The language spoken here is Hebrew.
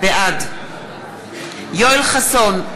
בעד יואל חסון,